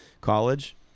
College